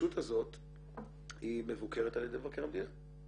שהרשות הזאת היא מבוקרת על ידי מבקר המדינה.